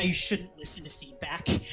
ah shouldn't listen to feedback?